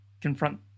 confront